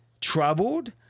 troubled